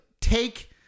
take